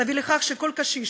תביא לכך שכל קשיש,